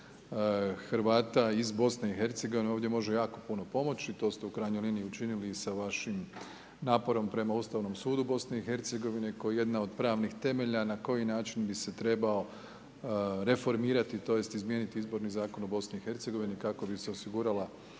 Hrvata iz BiH ovdje može jako puno pomoći, to ste u krajnjoj liniji učinili i sa vašim naporom prema Ustavnom sudu BiH koja je jedna od pravnih temelja na koji način bi se trebao reformirati tj. izmijeniti izborni zakon u BiH, kako bi se osigurala